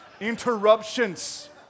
Interruptions